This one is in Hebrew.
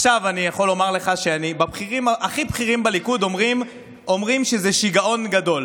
עכשיו אני יכול לומר לך שהכי בכירים בליכוד אומרים שזה שיגעון גדול.